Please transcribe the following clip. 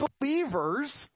believers